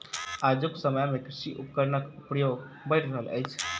आजुक समय मे कृषि उपकरणक प्रयोग बढ़ि रहल अछि